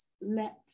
let